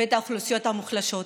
ואת האוכלוסיות המוחלשות.